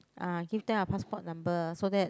uh give them our passport number so that